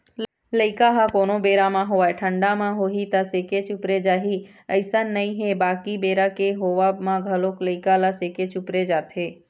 लइका ह कोनो बेरा म होवय ठंडा म होही त सेके चुपरे जाही अइसन नइ हे बाकी बेरा के होवब म घलोक लइका ल सेके चुपरे जाथे